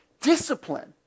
discipline